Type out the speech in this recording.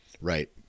Right